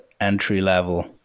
entry-level